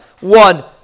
one